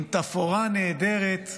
עם תפאורה נהדרת,